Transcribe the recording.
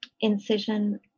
incision